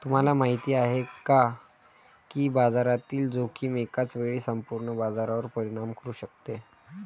तुम्हाला माहिती आहे का की बाजारातील जोखीम एकाच वेळी संपूर्ण बाजारावर परिणाम करू शकते?